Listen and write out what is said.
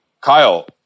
Kyle